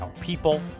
people